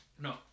No